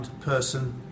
person